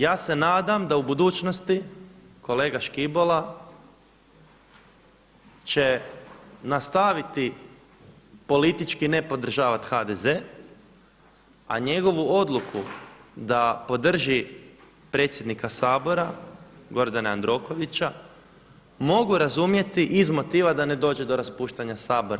Ja se nadam da u budućnosti kolega Škibola će nastaviti politički ne podržavati HDZ, a njegovu odluku da podrži predsjednika Sabora Gordana Jandrokovića mogu razumjeti iz motiva da ne dođe do raspuštanja Sabora.